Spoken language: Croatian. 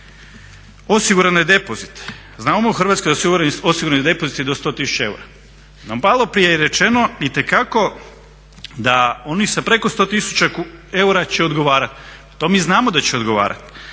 osigurane depozite, znamo u Hrvatskoj da su osigurani depoziti do 100 tisuća eura, no maloprije je rečeno itekako da oni sa preko 100 tisuća eura će odgovarati. To mi znamo da će odgovarati,